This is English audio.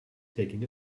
taking